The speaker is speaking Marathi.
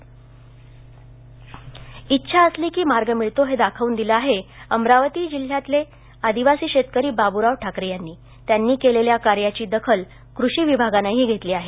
शेतकरी इच्छा असली की मार्ग मिळतो हे दाखवून दिल आहे अमरावती जिल्ह्यातले आदिवासी शेतकरी बाब्राव ठाकरे यांनी त्यांनी केलेल्या कार्याची दखल कृषीविभागानंही घेतली आहे